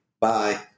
bye